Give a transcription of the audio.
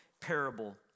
parable